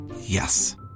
Yes